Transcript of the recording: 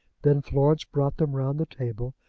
then florence brought them round the table,